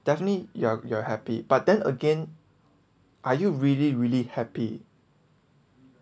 definitely you you're happy but then again are you really really happy